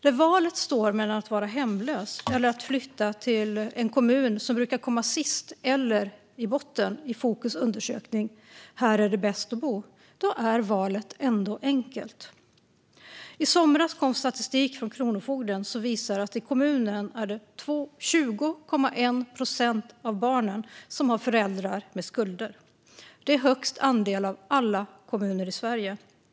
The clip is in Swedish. När valet står mellan att vara hemlös eller att flytta till en kommun som brukar komma sist eller i botten i Fokus undersökning Här är det bäst att bo är valet ändå enkelt. I somras kom statistik från Kronofogden som visar att i kommunen är det 20,1 procent av barnen som har föräldrar med skulder. Det är högst andel av alla kommuner i Sverige.